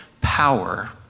power